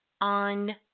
On